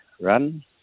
run